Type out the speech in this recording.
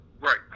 Right